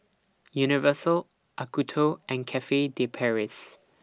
Universal Acuto and Cafe De Paris